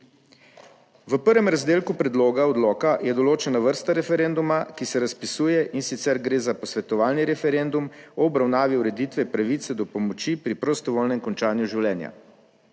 V prvem razdelku predloga odloka je določena vrsta referenduma, ki se razpisuje, in sicer gre za posvetovalni referendum o obravnavi ureditve pravice do pomoči pri prostovoljnem končanju življenja.